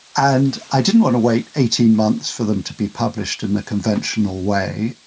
and i didn't want to wait eighteen months for them to be published in the conventional way.